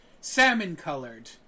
salmon-colored